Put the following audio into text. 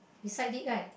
beside it right